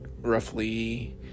roughly